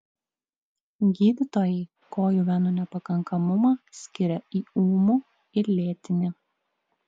gydytojai kojų venų nepakankamumą skiria į ūmų ir lėtinį